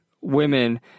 women